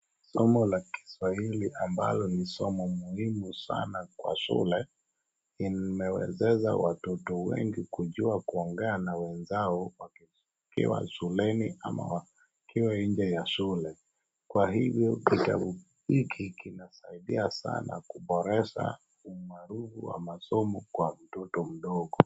Somo la kiswahili ambalo ni somo muhimu sana kwa shule. Imewezesha watoto wengi kujua kuongea na wenzao wakiwa shuleni ama wakiwa nje ya shule. Kwa hivyo kitabu hiki kinasaidia sana kuboresha umaarufu wa masomo kwa mtoto mdogo.